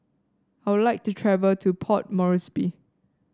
I would like to travel to Port Moresby